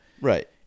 Right